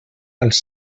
als